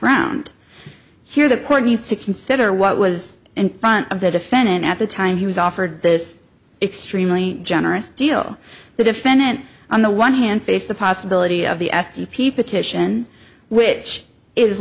ground here the court needs to consider what was in front of the defendant at the time he was offered this extremely generous deal the defendant on the one hand faced the possibility of the s t p petition which is